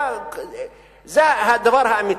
זה הדבר האמיתי.